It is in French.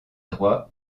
droit